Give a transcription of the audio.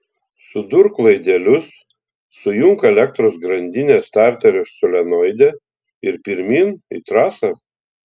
sudurk laidelius sujunk elektros grandinę starterio solenoide ir pirmyn į trasą